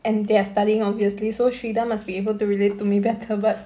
and they are studying obviously so shreedar must be able to relate to me better but